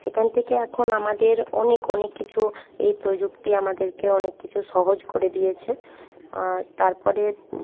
সেখান থেকে এখন আমাদের অনেক অনেক কিছু এই প্রযুক্তি আমাদেরকে অনেক কিছু সহজ করে দিয়েছে আর তারপরে